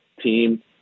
team